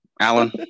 Alan